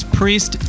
priest